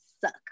suck